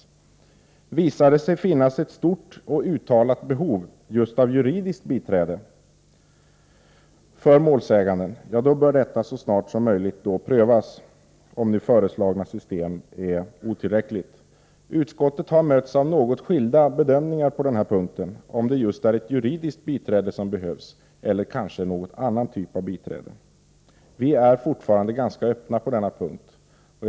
Visar det sig att det föreslagna systemet är otillräckligt och att det finns ett stort och uttalat behov av just juridiskt biträde för målsäganden, bör detta så snart som möjligt prövas. Utskottet har mötts av något skilda bedömningar när det gäller om det just är ett juridiskt biträde som behövs eller om det kanske är bra med någon annan typ av biträde. Vi är fortfarande ganska öppna på den punkten.